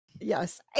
yes